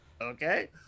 okay